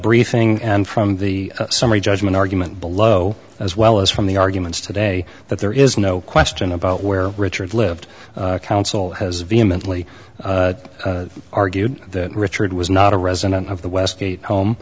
briefing and from the summary judgment argument below as well as from the arguments today that there is no question about where richard lived counsel has vehemently argued that richard was not a resident of the westgate home